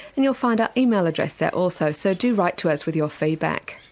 and you'll find our email address there also, so do write to us with your feedback.